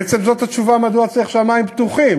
בעצם זאת התשובה מדוע צריך "שמים פתוחים".